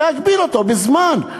להגביל אותו בזמן?